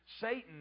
Satan